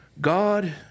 God